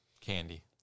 Candy